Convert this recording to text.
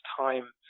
time